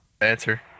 Answer